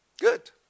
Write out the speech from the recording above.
good